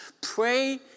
pray